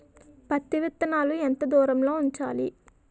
పత్తి విత్తనాలు ఎంత దూరంలో ఉంచాలి?